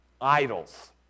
idols